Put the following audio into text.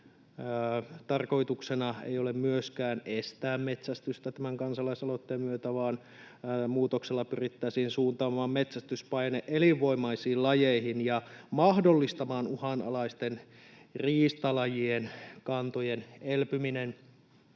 Tarkoituksena ei ole myöskään estää metsästystä tämän kansalaisaloitteen myötä, vaan muutoksella pyrittäisiin suuntaamaan metsästyspaine elinvoimaisiin lajeihin ja mahdollistamaan uhanalaisten riistalajien kantojen elpyminen.